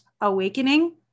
awakening